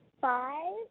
Five